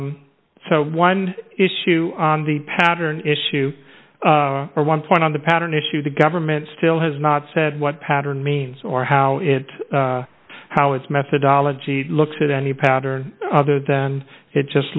ok so one issue on the pattern issue or one point on the pattern issue the government still has not said what pattern means or how it how its methodology looks at any pattern other than it just